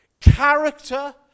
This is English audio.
character